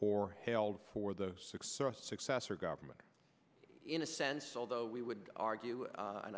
or held for the six or successor government in a sense although we would argue a